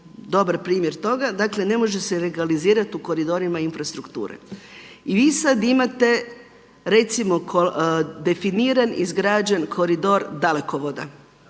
dobar primjer toga dakle, ne može se legalizirati u koridorima infrastrukture. I vi sada imate recimo definiran, izgrađen koridor dalekovoda.